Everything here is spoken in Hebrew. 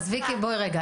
אז ויקי, בואי רגע.